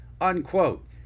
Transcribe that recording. Unquote